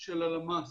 של הלמ"ס,